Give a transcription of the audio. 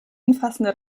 umfassende